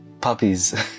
puppies